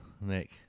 Nick